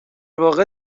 واقع